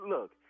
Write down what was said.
Look